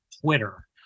Twitter